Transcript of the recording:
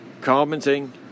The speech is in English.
commenting